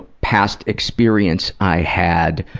past experience i had